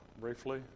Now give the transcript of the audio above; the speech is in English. briefly